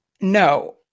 No